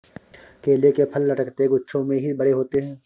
केले के फल लटकते गुच्छों में ही बड़े होते है